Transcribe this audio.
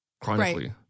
chronically